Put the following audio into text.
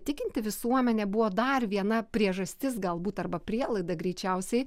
tikinti visuomenė buvo dar viena priežastis galbūt arba prielaida greičiausiai